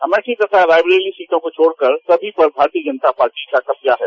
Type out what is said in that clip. Amery और रायबरेली सीटों को छोड़कर सभी पर भारतीय जनता पार्टी का कब्जा है